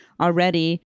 already